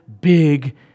big